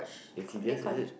Insidious is it